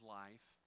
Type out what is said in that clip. life